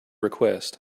request